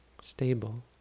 stable